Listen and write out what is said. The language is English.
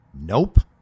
nope